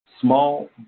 small